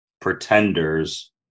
pretenders